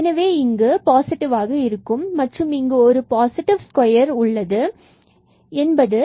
எனவே இங்கு பாசிட்டிவ் மற்றும் இங்கு இது ஒரு பாசிட்டிவ் ஸ்கொயர் ஆகும்